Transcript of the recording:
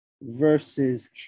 versus